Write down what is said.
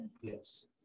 Yes